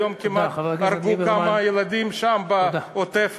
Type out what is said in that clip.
היום כמעט הרגו כמה ילדים שם בעוטף-עזה.